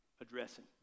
addressing